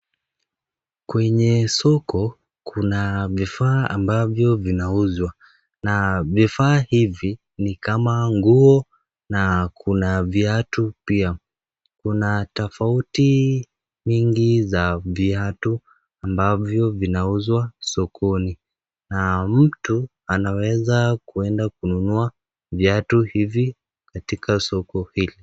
Kwenye soko kuna vifaa ambavyo vinauzwa, na vifaa hivi ni kama nguo na kuna viatu pia, kuna tofauti mingi za viatu ambavyo vinauzwa sokoni na mtu anaweza kuenda kununua viatu hizi katika soko hili.